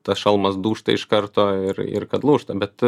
tas šalmas dūžta iš karto ir ir kad lūžta bet